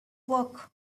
work